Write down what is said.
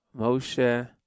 Moshe